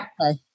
okay